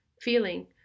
feeling